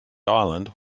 island